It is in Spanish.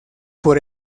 por